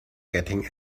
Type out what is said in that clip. getting